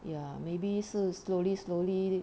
ya maybe 是 slowly slowly